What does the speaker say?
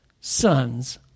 sons